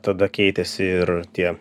tada keitėsi ir tie